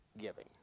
giving